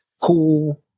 cool